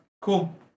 Cool